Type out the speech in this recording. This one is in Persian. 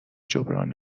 جبران